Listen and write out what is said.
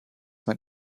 man